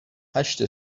هشت